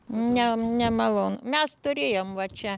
ne nemalonu mes turėjom va čia